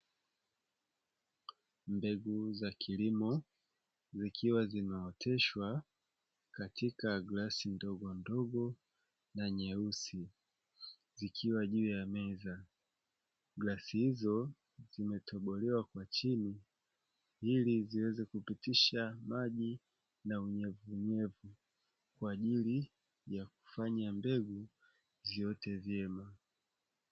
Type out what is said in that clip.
Mbegu za kilimo zikiwa zimeoteshwa katika glasi ndogondogo na nyeusi zikiwa juu ya meza. Glasi hizo zimetobolewa kwa chini ili ziweze kupitisha maji na unyevunyevu kwa ajili ya kufanya mbegu ziote vyema.